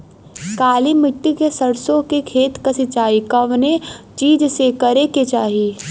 काली मिट्टी के सरसों के खेत क सिंचाई कवने चीज़से करेके चाही?